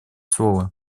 слово